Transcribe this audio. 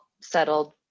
settled